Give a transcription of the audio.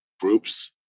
groups